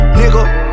nigga